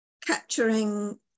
capturing